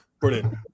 Brilliant